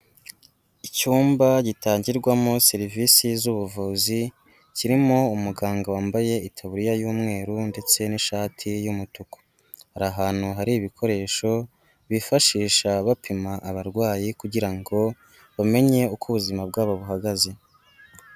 Icyumba gitangirwamo serivisi z'ubuvuzi, kirimo umuganga wambaye itaburiya y'umweru ndetse n'ishati y'umutuku. Hari ahantu hari ibikoresho bifashisha bapima abarwayi, kugira ngo bamenye uko ubuzima bwabo buhagaze.